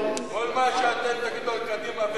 כל מה שאתם תגידו על קדימה,